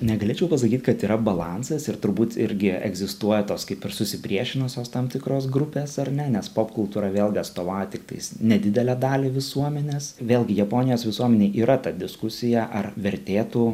negalėčiau pasakyt kad yra balansas ir turbūt irgi egzistuoja tos kaip ir susipriešinusios tam tikros grupės ar ne nes popkultūra vėlgi atstovauja tiktais nedidelę dalį visuomenės vėlgi japonijos visuomenėj yra ta diskusija ar vertėtų